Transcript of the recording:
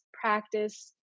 practice